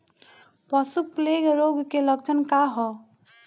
पशु प्लेग रोग के लक्षण का ह?